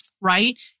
right